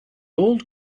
old